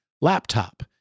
laptop